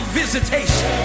visitation